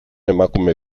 emakume